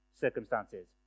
circumstances